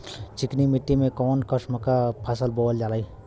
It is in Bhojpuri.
चिकनी मिट्टी में कऊन कसमक फसल बोवल जाई?